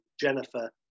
Jennifer